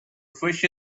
fish